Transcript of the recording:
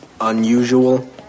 unusual